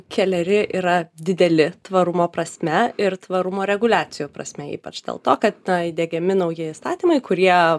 keleri yra dideli tvarumo prasme ir tvarumo reguliacijų prasme ypač dėl to kad na įdiegiami nauji įstatymai kurie